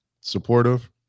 supportive